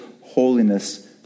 holiness